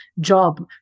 job